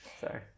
Sorry